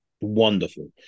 wonderful